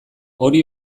hori